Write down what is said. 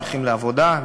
הולכים לעבודה,